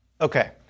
Okay